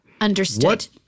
Understood